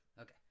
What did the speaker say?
Okay